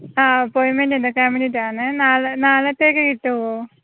ആ അപ്പോയിന്റ്മെൻറ് എടുക്കാന് വേണ്ടിയിട്ടാണേ നാളെ നാളത്തേക്ക് കിട്ടുമോ